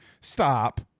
stop